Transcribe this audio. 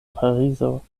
parizo